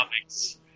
comics